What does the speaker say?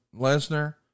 Lesnar